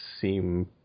seem